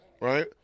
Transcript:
right